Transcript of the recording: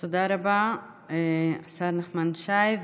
תודה רבה, השר נחמן שי.